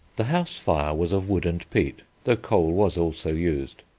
the house fire was of wood and peat, though coal was also used.